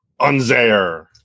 Unzair